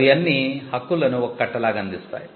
అవి అన్నీ హక్కులను ఒక కట్ట లాగా అందిస్తాయి